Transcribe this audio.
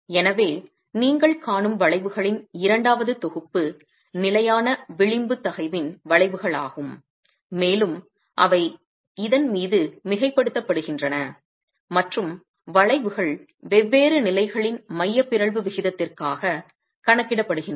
எனவே நீங்கள் காணும் வளைவுகளின் இரண்டாவது தொகுப்பு நிலையான விளிம்பு தகைவின்வளைவுகளாகும் மேலும் அவை இதன் மீது மிகைப்படுத்தப்படுகின்றன மற்றும் வளைவுகள் வெவ்வேறு நிலைகளின் மைய பிறழ்வு விகிதத்திற்காக கணக்கிடப்படுகின்றன